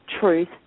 truth